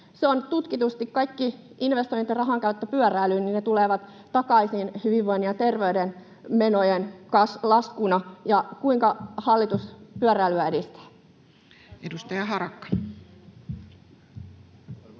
Tutkitusti kaikki investoinnit ja rahankäyttö pyöräilyyn tulevat takaisin hyvinvoinnin ja terveyden menojen laskuna. Kuinka hallitus edistää pyöräilyä? Edustaja Harakka.